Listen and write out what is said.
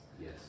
Yes